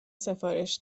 سفارش